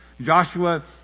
Joshua